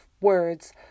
words